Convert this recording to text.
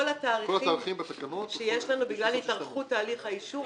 כל התאריכים בתקנות שיש לנו בגלל התארכות תהליך האישור,